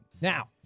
Now